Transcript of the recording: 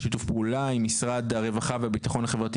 בשיתוף עם משרד הרווחה והביטחון החברתי